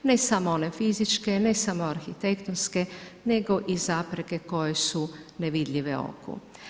Ne samo one fizičke, ne samo arhitektonske nego i zapreke koje su nevidljive oku.